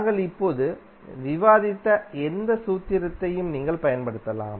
நாங்கள் இப்போது விவாதித்த எந்த சூத்திரத்தையும் நீங்கள் பயன்படுத்தலாம்